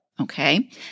okay